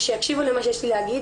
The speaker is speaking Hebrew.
שיקשיבו למה שיש לי להגיד